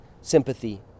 sympathy